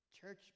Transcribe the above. church